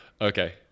okay